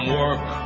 work